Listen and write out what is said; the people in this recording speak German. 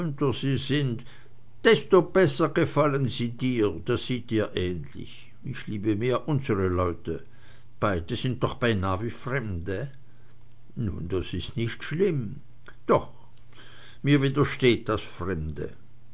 sie sind desto besser gefallen sie dir das sieht dir ähnlich ich liebe mehr unsre leute beide sind doch beinah wie fremde nun das ist nicht schlimm doch mir widersteht das fremde